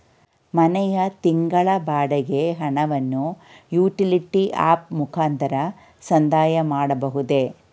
ಮನೆಯ ತಿಂಗಳ ಬಾಡಿಗೆ ಹಣವನ್ನು ಯುಟಿಲಿಟಿ ಆಪ್ ಮುಖಾಂತರ ಸಂದಾಯ ಮಾಡಬಹುದೇ?